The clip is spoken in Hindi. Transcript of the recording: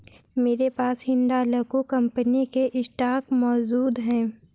मेरे पास हिंडालको कंपनी के स्टॉक मौजूद है